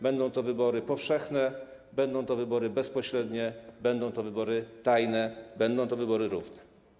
Będą to wybory powszechne, będą to wybory bezpośrednie, będą to wybory tajne, będą to wybory równe.